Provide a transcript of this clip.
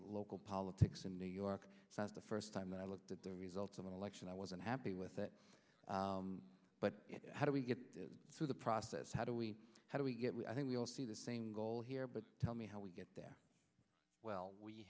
local politics in new york it's not the first time that i looked at the results of an election i was unhappy with it but how do we get through the process how do we how do we get we i think we all see the same goal here but tell me how we get there well we